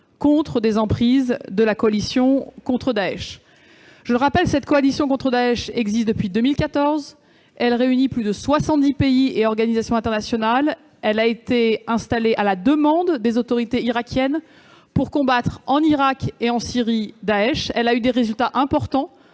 contre des emprises de la coalition contre Daech. Je le rappelle : cette coalition contre Daech existe depuis 2014. Elle réunit plus de 70 pays et organisations internationales. Elle a été installée à la demande des autorités irakiennes, pour combattre Daech en Irak et en Syrie. Elle a eu des résultats importants,